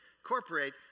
Incorporate